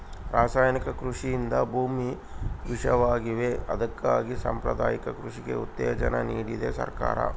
ರಾಸಾಯನಿಕ ಕೃಷಿಯಿಂದ ಭೂಮಿ ವಿಷವಾಗಿವೆ ಅದಕ್ಕಾಗಿ ಸಾಂಪ್ರದಾಯಿಕ ಕೃಷಿಗೆ ಉತ್ತೇಜನ ನೀಡ್ತಿದೆ ಸರ್ಕಾರ